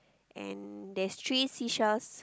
and there's three seesaws